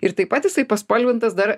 ir taip pat jisai paspalvintas dar